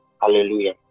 Hallelujah